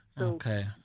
Okay